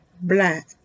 black